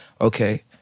Okay